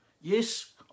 Yes